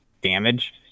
damage